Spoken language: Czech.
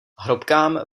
hrobkám